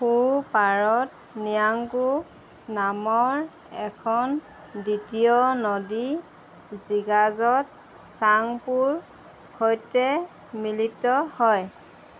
সোঁপাৰত ন্যাংকু নামৰ এখন দ্বিতীয় নদী জিগাজত ছাংপোৰ সৈতে মিলিত হয়